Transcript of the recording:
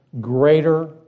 greater